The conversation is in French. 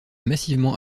massivement